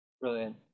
Brilliant